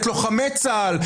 את לוחמי צה"ל,